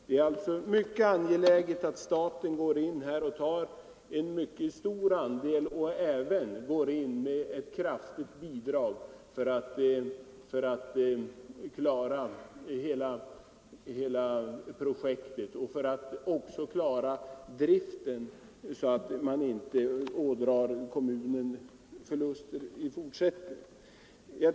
Det är alltså mycket angeläget att staten svarar för en mycket stor andel av projektet och att den ger ett kraftigt bidrag för att klara detta, så att driften inte ådrar kommunen förluster i fortsättningen.